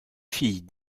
filles